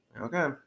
Okay